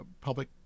public